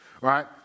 Right